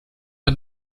han